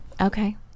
Okay